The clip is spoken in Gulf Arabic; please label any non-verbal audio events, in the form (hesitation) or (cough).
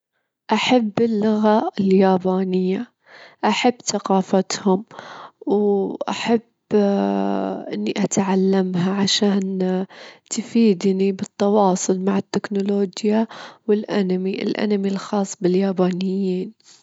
أفضل ضعف المال, لأن المال يساعدني أعيش حياة أفضل وأحقق أهدافي، أما العمر إذا عيشتينه أكتر (hesitation) حيكون لتش نفس الطاقة، نفس الحواجز، إذا حافظتين على نفستش، وعلى صحتش.